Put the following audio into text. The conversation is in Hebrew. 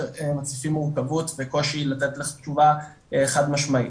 מתסיסים מורכבות וקושי לתת לך תשובה חד משמעית.